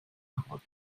erhalten